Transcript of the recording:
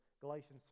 Galatians